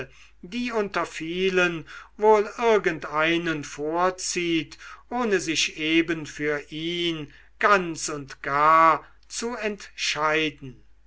die unter vielen wohl irgendeinen vorzieht ohne sich eben für ihn ganz und gar zu entscheiden